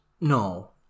No